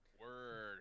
Word